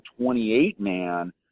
28-man